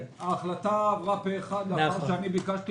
ההחלטה עברה פה אחד מאחר שאני ביקשתי